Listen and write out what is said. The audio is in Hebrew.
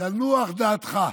תנוח דעתך,